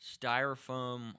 styrofoam